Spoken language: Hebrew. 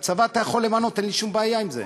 בצבא אתה יכול למנות, אין לי שום בעיה עם זה.